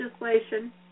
legislation